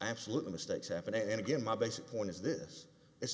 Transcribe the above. absolutely mistakes happen and again my basic point is this i